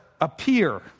appear